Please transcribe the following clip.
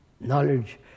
Knowledge